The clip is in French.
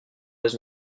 pas